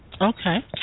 Okay